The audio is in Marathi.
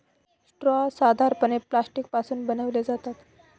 स्ट्रॉ साधारणपणे प्लास्टिक पासून बनवले जातात